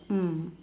mm